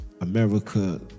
America